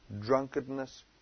Drunkenness